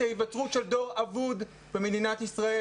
ההיווצרות של דור אבוד במדינת ישראל.